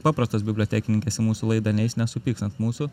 paprastos bibliotekininkės į mūsų laidą neis nes supyks ant mūsų